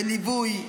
בליווי,